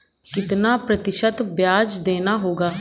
कितना प्रतिशत ब्याज देना होगा?